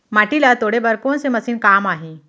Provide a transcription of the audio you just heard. माटी ल तोड़े बर कोन से मशीन काम आही?